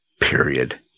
period